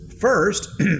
first